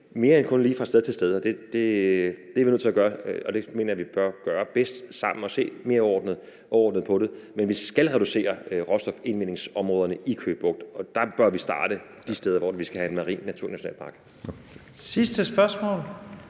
mere end lige kun fra sted til sted. Det er vi nødt til at gøre, og det mener jeg vi gør bedst sammen og ved at se mere overordnet på det, men vi skal reducere råstofindvindingsområderne i Køge Bugt, og vi bør starte de steder, hvor vi skal have en marin naturnationalpark. Kl.